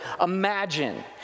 imagine